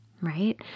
right